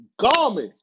Garmin